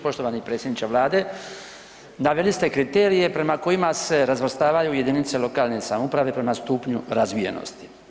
Poštovani predsjedniče Vlade, naveli ste kriterije prema kojima se razvrstavaju jedinice lokalne samouprave prema stupnju razvijenosti.